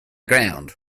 ground